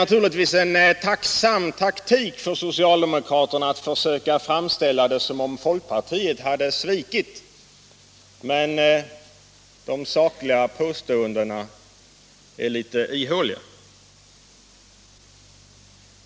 Naturligtvis är det en tacksam taktik att som socialdemokraterna gör försöka få det till att folkpartiet har svikit sina vallöften, men de sakliga påståendena är litet ihåliga.